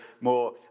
more